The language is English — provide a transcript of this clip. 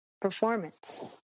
performance